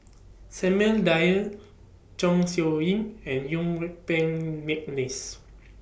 Samuel Dyer Chong Siew Ying and Yuen Peng Mcneice